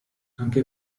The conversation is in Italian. anche